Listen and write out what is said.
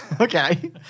Okay